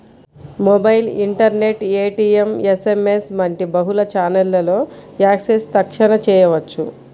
mobile, internet, ATM, SMS వంటి బహుళ ఛానెల్లలో యాక్సెస్ తక్షణ చేయవచ్చు